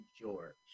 George